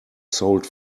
sold